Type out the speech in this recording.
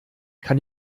kann